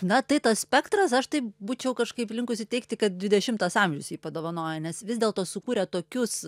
na tai tas spektras aš tai būčiau kažkaip linkusi teigti kad dvidešimtas amžius jį padovanojo nes vis dėlto sukūrė tokius